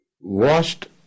washed